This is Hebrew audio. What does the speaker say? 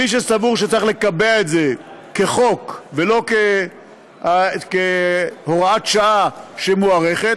מי שסבור שצריך לקבע את זה כחוק ולא כהוראת שעה שמוארכת